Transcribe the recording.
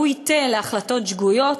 שהוא ייטה להחלטות שגויות,